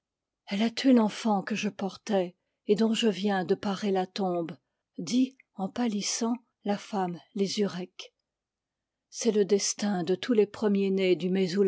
elle a tué l'enfant que je portais et dont je viens de parer la tombe dit en pâlissant la femme lézurec c'est le destin de tous les premier nés du